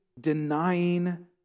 denying